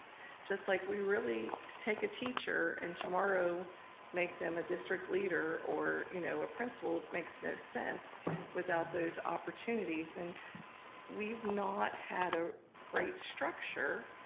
just like we really to take a teacher and tomorrow make them a district leader or you know a principal, it makes no sense without those opportunities. and we've not had a great structure,